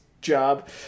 job